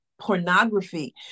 pornography